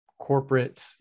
corporate